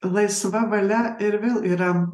laisva valia ir vėl yra